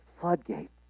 floodgates